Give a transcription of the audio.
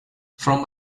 from